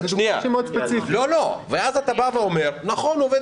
אתה אומר שבעל העסק יכול להוציא עכשיו